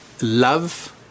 love